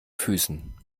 füßen